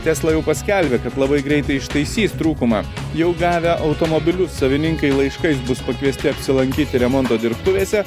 tesla jau paskelbė kad labai greitai ištaisys trūkumą jau gavę automobilius savininkai laiškais bus pakviesti apsilankyti remonto dirbtuvėse